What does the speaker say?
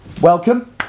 Welcome